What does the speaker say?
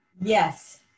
yes